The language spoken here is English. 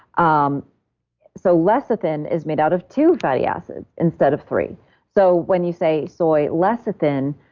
um so lecithin is made out of two fatty acids instead of three so when you say soy lecithin,